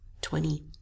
twenty